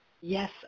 Yes